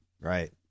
right